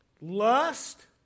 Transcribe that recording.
lust